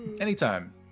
Anytime